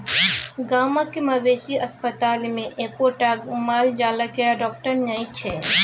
गामक मवेशी अस्पतालमे एक्कोटा माल जालक डाकटर नहि छै